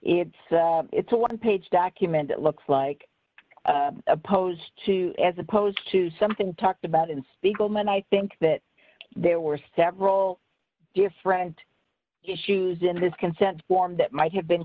it it's a one page document it looks like opposed to as opposed to something talked about in spiegelman i think that there were several different issues in this consent form that might have been